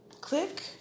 click